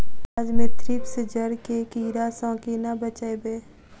प्याज मे थ्रिप्स जड़ केँ कीड़ा सँ केना बचेबै?